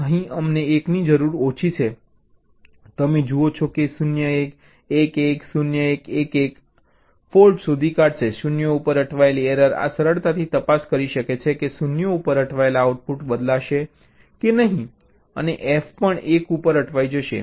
અહીં અમને 1 ની જરૂર ઓછી છે તમે જુઓ છો 0 1 1 1 0 1 1 1 આ ફૉલ્ટશોધી કાઢશે 0 ઉપર અટવાયેલી એરર આ સરળતાથી તપાસ કરી શકે છે કે 0 ઉપર અટવાયેલો આઉટપુટ બદલાશે કે નહીં અને F પણ 1 ઉપર અટવાઈ જશે